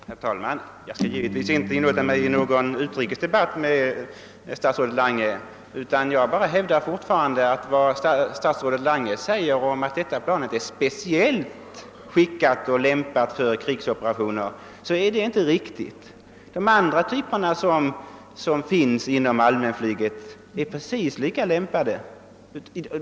Herr talman! Jag skall givetvis inte inlåta mig i någon utrikesdebatt med statsrådet Lange. Jag hävdar emellertid fortfarande att vad statsrådet Lange säger om att detta plan är speciellt lämpat för krigsoperationer inte är riktigt. Övriga typer av samma storlek och med samma utrustning som finns inom allmänflyget är precis lika lämpade.